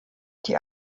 die